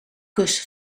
kus